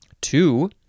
Two